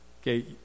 Okay